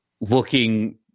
looking